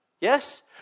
Yes